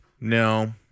No